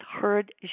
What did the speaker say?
heard